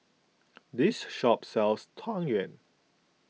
this shop sells Tang Yuen